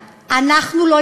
נו?